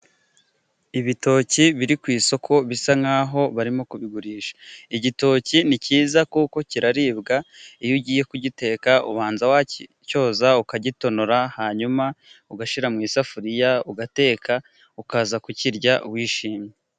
Ibitoki biri ku isoko bisa naho barimo kubigurisha igitoki ni cyiza kuko kiraribwa iyo ugiye kugiteka, ubanza wacyoza ukagitonora hanyuma ugashyira mu isafuriya ugateka ukaza kukirya wishimye.